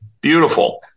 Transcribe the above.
Beautiful